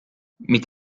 mit